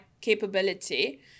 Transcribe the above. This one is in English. capability